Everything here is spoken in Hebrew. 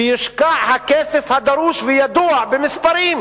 ויושקע הכסף הדרוש, וידוע במספרים,